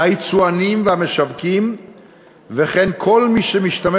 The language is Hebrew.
היצואנים והמשווקים וכן כל מי שמשתמש